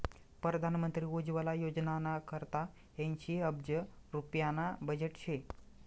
परधान मंत्री उज्वला योजनाना करता ऐंशी अब्ज रुप्याना बजेट शे